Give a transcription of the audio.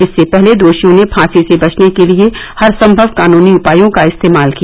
इससे पहले दोषियों ने फांसी से बचने के लिए हरसंभव कानूनी उपायों का इस्तेमाल किया